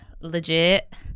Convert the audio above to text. legit